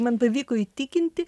man pavyko įtikinti